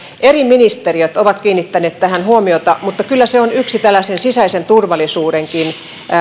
eri ministeriöt ovat kiinnittäneet tähän huomiota mutta kyllä se on yksi tällaisen sisäisen turvallisuudenkin